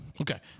okay